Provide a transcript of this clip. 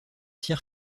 cyr